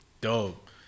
Dope